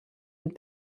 une